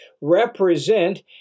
represent